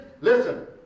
Listen